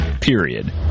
Period